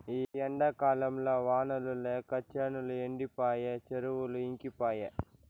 ఈ ఎండాకాలంల వానలు లేక చేనులు ఎండిపాయె చెరువులు ఇంకిపాయె